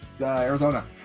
Arizona